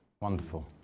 Wonderful